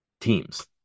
Teams